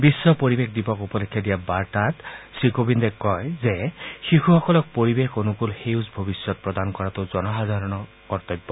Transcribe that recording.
বিশ্ব পৰিৱেশ দিৱস উপলক্ষে দিয়া বাৰ্তা শ্ৰীকোবিন্দে কয় যে শিশুসকলক পৰিৱেশ অনুকূল সেউজ ভৱিষ্যৎ প্ৰদান কৰাটো জনসাধাৰণৰ কৰ্তব্য